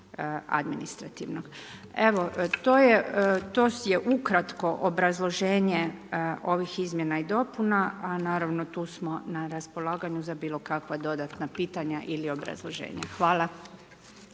administrativnog. Evo to je ukratko obrazloženje ovih izmjena i dopuna, a naravno tu smo na raspolaganju za bilo kakva dodatna pitanja ili obrazloženja. Hvala.